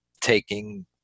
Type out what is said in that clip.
taking